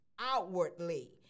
outwardly